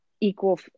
equal